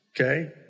okay